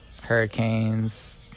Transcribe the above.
hurricanes